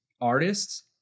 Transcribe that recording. artists